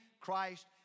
Christ